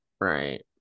right